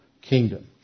kingdom